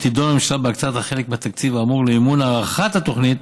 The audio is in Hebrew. תדון הממשלה בהקצאת חלק מהתקציב האמור למימון הארכת התוכנית